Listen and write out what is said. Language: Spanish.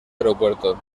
aeropuerto